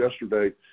yesterday